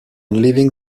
leaving